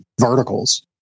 verticals